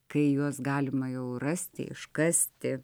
kai juos galima jau rasti iškasti